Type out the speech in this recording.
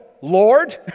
Lord